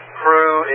crew